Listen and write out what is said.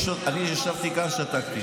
אני ישבתי כאן, שתקתי.